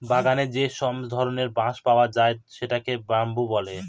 বাগানে যে স্টেম ধরনের বাঁশ পাওয়া যায় সেটাকে বাম্বু বলে